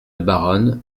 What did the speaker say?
baronne